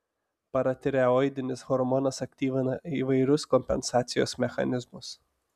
paratireoidinis hormonas aktyvina įvairius kompensacijos mechanizmus